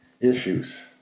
issues